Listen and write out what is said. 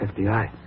FBI